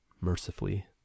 mercifully